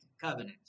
covenant